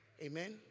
Amen